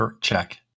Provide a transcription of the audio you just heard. check